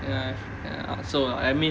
ya ya so uh I mean